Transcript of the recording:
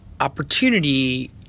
opportunity